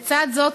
לצד זאת,